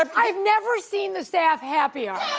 um i've never seen the staff happier.